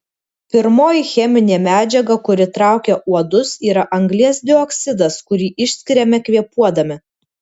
pirmoji cheminė medžiaga kuri traukia uodus yra anglies dioksidas kurį išskiriame kvėpuodami